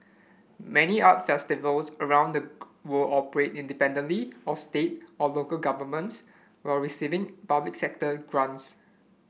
many art festivals around the world operate independently of state or local governments while receiving public sector grants